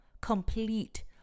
complete